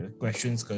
questions